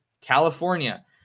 California